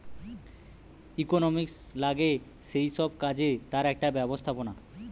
economics লাগে যেই সব কাজে তার একটা ব্যবস্থাপনা